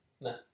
No